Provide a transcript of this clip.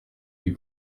lui